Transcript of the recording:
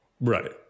Right